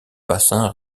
bassin